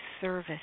service